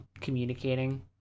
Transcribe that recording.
communicating